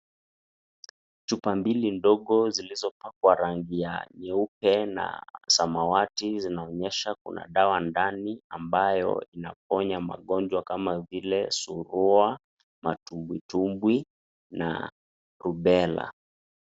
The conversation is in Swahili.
Chupa mbili ndogo zilizopakwa rangi ya nyeupe na samawati zinaonyesha kuna dawa ndani ambayo inaponya magonjwa kama vile; surua, matumbwitumbwi na rubella.